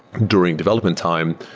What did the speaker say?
during development time.